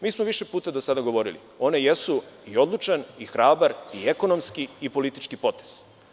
Mi smo više puta do sada govorile da one jesu i odlučan i hrabar i ekonomski i politički potez.